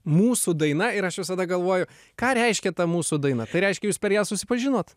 mūsų daina ir aš visada galvoju ką reiškia ta mūsų daina tai reiškia jūs per ją susipažinot